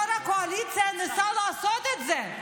יושב-ראש הקואליציה ניסה לעשות את זה,